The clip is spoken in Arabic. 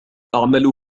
أعمل